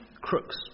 Crooks